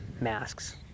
masks